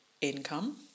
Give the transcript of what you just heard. income